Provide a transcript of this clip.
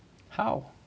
how